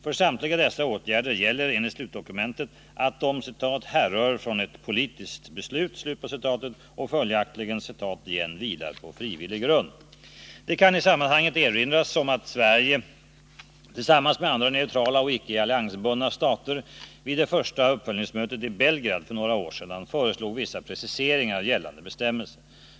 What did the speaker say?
För samtliga dessa åtgärder gäller enligt slutdokumentet att de ”härrör från ett politiskt beslut” och följaktligen ”vilar på frivillig grund”. Det kan i sammanhanget erinras om att Sverige tillsammans med andra neutrala och icke alliansbundna stater vid det första uppföljningsmötet i Belgrad för några år sedan, föreslog vissa preciseringar av gällande bestämmelser.